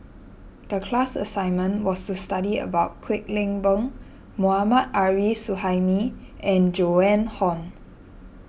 the class assignment was to study about Kwek Leng Beng Mohammad Arif Suhaimi and Joan Hon